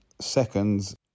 Seconds